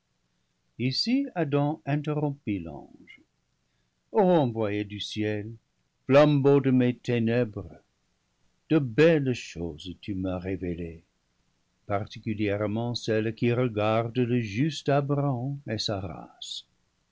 ici adam interrompit l'ange o envoyé du ciel flambeau de mes ténèbres de belles choses tu m'as révélées particulièrement celles qui regardent le juste abraham et sa race